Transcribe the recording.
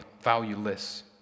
valueless